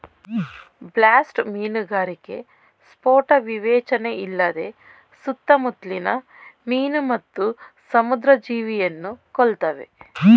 blast ಮೀನುಗಾರಿಕೆ ಸ್ಫೋಟ ವಿವೇಚನೆಯಿಲ್ಲದೆ ಸುತ್ತಮುತ್ಲಿನ ಮೀನು ಮತ್ತು ಸಮುದ್ರ ಜೀವಿಯನ್ನು ಕೊಲ್ತವೆ